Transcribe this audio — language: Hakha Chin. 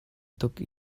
tuk